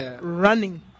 running